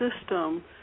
system